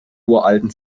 uralten